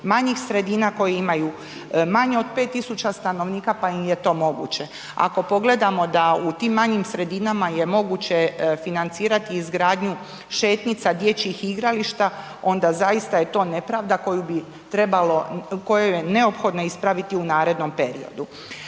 manjih sredina koji imaju manje od 5.000 stanovnika pa im je to moguće. Ako pogledamo da u tim manjim sredinama je moguće financirati izgradnju šetnica, dječjih igrališta onda zaista je to nepravda koju bi trebalo, koju je neophodno ispraviti u narednom periodu.